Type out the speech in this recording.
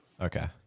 Okay